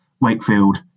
Wakefield